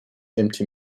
empty